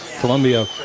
Columbia